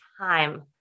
time